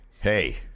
hey